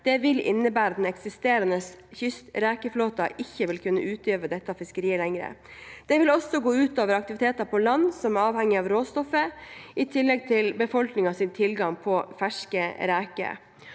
vil innebære at den eksisterende kystrekeflåten ikke vil kunne utøve dette fiskeriet lenger. Det vil også gå ut over aktiviteter på land som er avhengig av råstoffet, i tillegg til befolkningens tilgang på ferske reker.